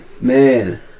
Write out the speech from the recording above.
man